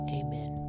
amen